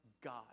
God